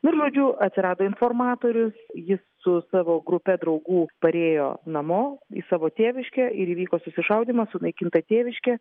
nu ir žodžiu atsirado informatorius jis su savo grupe draugų parėjo namo į savo tėviškę ir įvyko susišaudymas sunaikinta tėviškė